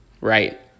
right